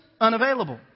unavailable